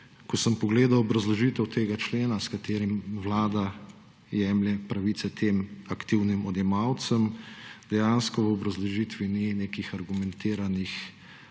Ko sem pogledal obrazložitev tega člena, s katerim Vlada jemlje pravice tem aktivnim odjemalcem, dejansko v obrazložitvi ni nekih argumentiranih